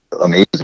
amazing